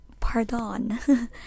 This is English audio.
Pardon